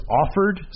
offered